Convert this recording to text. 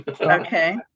Okay